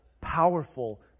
powerful